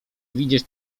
widzieć